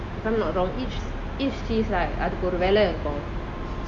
if I'm not wrong each each cheese like அதுக்கு ஒரு வெல்ல இருக்கும்:athuku oru vella irukum